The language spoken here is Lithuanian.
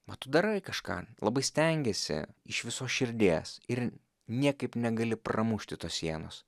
va tu darai kažką labai stengiesi iš visos širdies ir niekaip negali pramušti tos sienos